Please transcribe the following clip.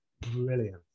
brilliant